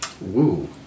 Woo